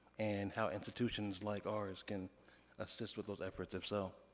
and how institutions like ours can assist with those efforts, if so?